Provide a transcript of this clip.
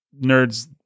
nerds